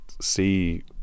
see